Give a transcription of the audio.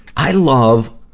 i love,